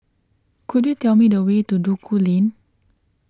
could you tell me the way to Duku Lane